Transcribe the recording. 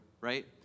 Right